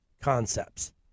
concepts